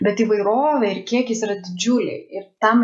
bet įvairovė ir kiekis yra didžiuliai ir tam